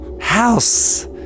house